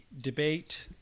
debate